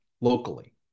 locally